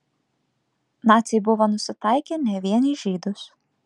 naciai buvo nusitaikę ne vien į žydus